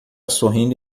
sorrindo